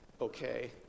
okay